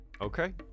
Okay